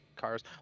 cars